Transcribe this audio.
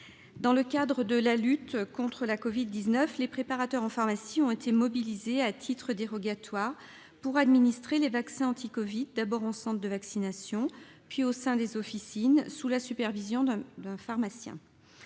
Dans le cadre de la lutte contre la covid-19, les préparateurs en pharmacie ont été mobilisés, à titre dérogatoire, pour administrer les vaccins anti-covid, tout d'abord dans les centres de vaccination, puis au sein des officines, sous la supervision d'un pharmacien.